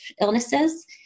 illnesses